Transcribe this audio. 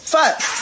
Fuck